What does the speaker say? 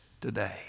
today